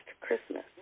Christmas